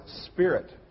spirit